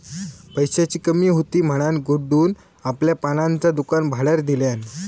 पैशाची कमी हुती म्हणान गुड्डून आपला पानांचा दुकान भाड्यार दिल्यान